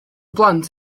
blant